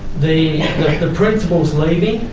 the principal's leaving,